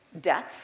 Death